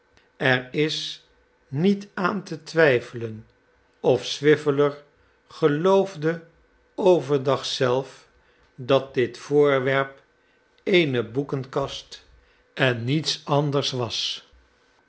er is niet aan te twijfelen of swiveller geloofde over dag zelf dat dit voorwerp eene boekenkast en niets and ers was